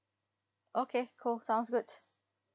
okay cool sounds good